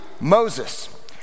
Moses